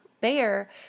Bear